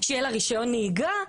שיהיה לה רישיון נהיגה.